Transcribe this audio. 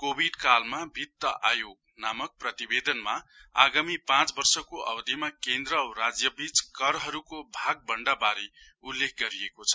covid कालमा वित्त आयोग नामक प्रतिवेदनमा आगामी पाँच वर्षको अवधिमा केन्द्र औं राज्यबीच करहरुको भाग वण्डा वारे उल्लेख गरेको छ